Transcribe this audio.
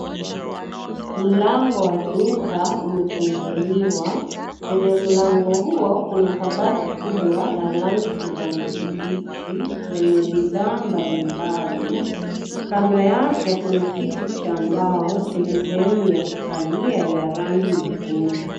Mlango wa duka umefunguliwa. Kwenye mlango huo kuna kabati kubwa ya rangi kijani kibichi lenye bidhaa mbalimbali. Kando yake, kuna kiti cha mbao chenye sehemu ya kukalia ya rangi nyekundu.